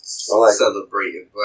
Celebrating